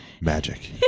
Magic